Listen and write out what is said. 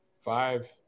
Five